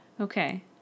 Okay